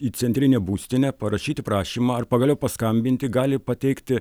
į centrinę būstinę parašyti prašymą ar pagaliau paskambinti gali pateikti